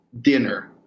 dinner